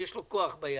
שוטר, יש לו כוח ביד.